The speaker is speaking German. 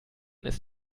ist